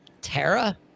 Tara